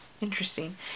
interesting